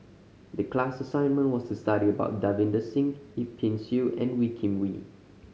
the class assignment was to study about Davinder Singh Yip Pin Xiu and Wee Kim Wee